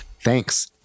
Thanks